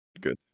good